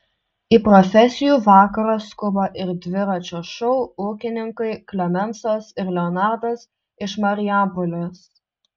į profesijų vakarą skuba ir dviračio šou ūkininkai klemensas ir leonardas iš marijampolės